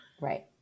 Right